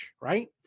right